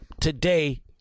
today